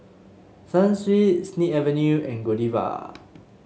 Sunsweet Snip Avenue and Godiva